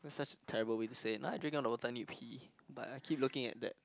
such a terrible way to say now I drink all the water I need to pee but I keep looking at that